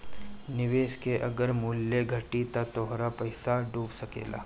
निवेश के अगर मूल्य घटी त तोहार पईसा डूब सकेला